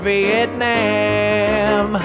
Vietnam